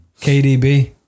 KDB